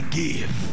give